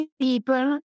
people